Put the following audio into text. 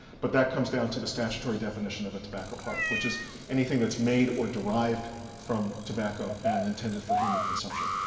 but that comes down to the statutory definition of a tobacco product, which is anything that's made or derived from tobacco and intended for human consumption.